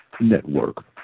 Network